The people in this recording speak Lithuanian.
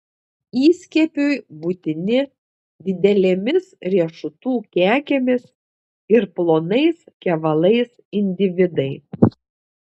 įskiepiui būtini didelėmis riešutų kekėmis ir plonais kevalais individai